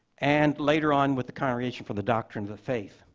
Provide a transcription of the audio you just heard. and later on with the congregation for the doctrine of the faith.